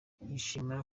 yishimira